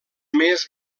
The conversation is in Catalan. més